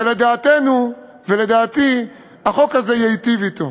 שלדעתנו ולדעתי החוק הזה ייטיב אתו.